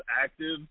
active